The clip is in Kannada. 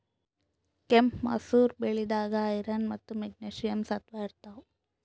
ಕೆಂಪ್ ಮಸೂರ್ ಬ್ಯಾಳಿದಾಗ್ ಐರನ್ ಮತ್ತ್ ಮೆಗ್ನೀಷಿಯಂ ಸತ್ವ ಇರ್ತವ್